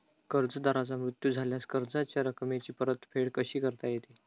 कर्जदाराचा मृत्यू झाल्यास कर्जाच्या रकमेची परतफेड कशी करता येते?